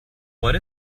what